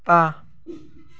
बा